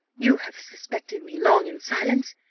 you have suspected me long in silence!